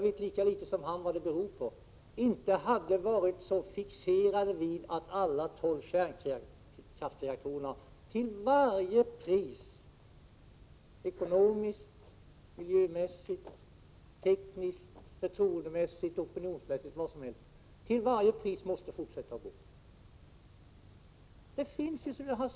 Det hade kunnat ske om ni inte hade varit så fixerade vid att alla de tolv kärnkraftsreaktorerna till varje pris — ekonomiskt, miljömässigt, tekniskt, förtroendemässigt, opinionsmässigt etc. — måste fortsätta att gå. Vad det kan ha berott på vet jag lika litet om som Ivar Franzén.